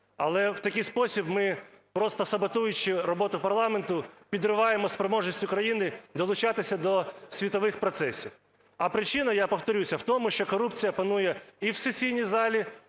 Але в такій спосіб ми просто, саботуючи роботу парламенту, підриваємо спроможність України долучатися до світових процесів. А причина, я повторюся, в тому, що корупція панує і в сесійній залі,